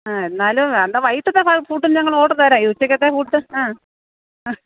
ആ എന്നാലും എന്താ വൈകിട്ടത്തെ ഫുഡും ഞങ്ങൾ ഓഡർ തരാം ഉച്ചക്കത്ത ഫുഡ് ആ ആ